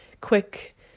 quick